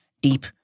deep